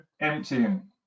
emptying